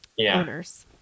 owners